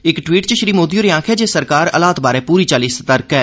इक टवीट् च श्री मोदी होरें आखेआ जे सरकार हालात बारै पूरी चाल्ली सतर्क ऐ